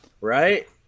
Right